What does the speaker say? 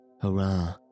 hurrah